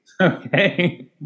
Okay